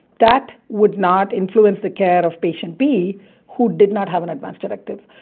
that would not influence the care of patient b who did not have an advance directive.